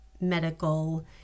medical